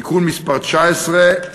(תיקון מס' 19)